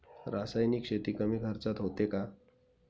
रासायनिक शेती कमी खर्चात होते का?